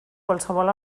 qualsevol